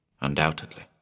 Undoubtedly